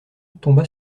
tomba